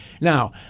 Now